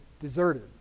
deserted